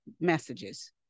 messages